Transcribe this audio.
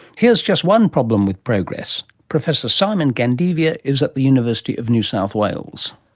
here's just one problem with progress. professor simon gandevia is at the university of new south wales.